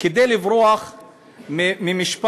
כדי לברוח ממשפט,